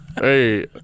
Hey